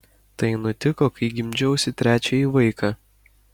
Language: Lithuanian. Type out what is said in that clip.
tai nutiko kai gimdžiausi trečiąjį vaiką